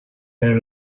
pero